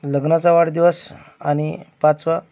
लग्नाचा वाढदिवस आणि पाचवा